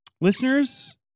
listeners